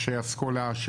יש אסכולה,